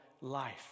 life